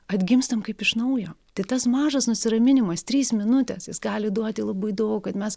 atgimstam kaip iš naujo tai tas mažas nusiraminimas trys minutės jis gali duoti labai daug kad mes